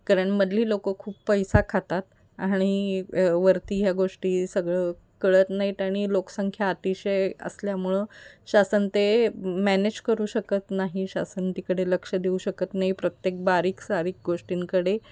कारण मधली लोकं खूप पैसा खातात आणि वरती ह्या गोष्टी सगळं कळत नाही आहेत आणि लोकसंख्या अतिशय असल्यामुळं शासन ते मॅनेज करू शकत नाही शासन तिकडे लक्ष देऊ शकत नाही प्रत्येक बारीक सारीक गोष्टींकडे